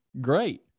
great